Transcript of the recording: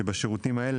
שבהם,